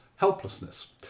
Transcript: helplessness